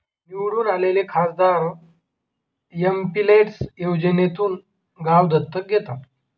निवडून आलेले खासदार एमपिलेड्स योजनेत गाव दत्तक घेतात